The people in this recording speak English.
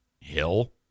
hill